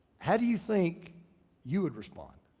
how do you think you would respond?